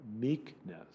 meekness